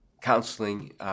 counseling